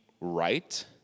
right